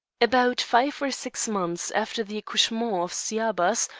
about five or six months after the accouchement of sciabas,